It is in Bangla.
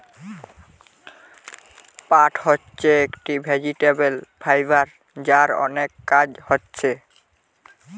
পাট হচ্ছে একটি ভেজিটেবল ফাইবার যার অনেক কাজ হচ্ছে